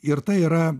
ir tai yra